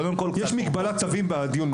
קודם כל --- יש מגבלת צווים בדיון מהיר,